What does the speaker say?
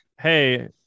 hey